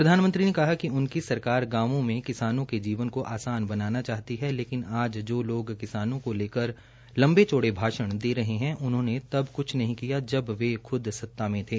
प्रधानमंत्री ने कहा कि उनकी सरकार गांवों में किसानों के जीवन को आसान बनाना चाहती है लेकिन आज जो लोग किसानों को लेकर लंबे चौडे भाषण दे रहे है उन्होंने तक कुछ नहीं किया जब वे खुद सत्ता में थे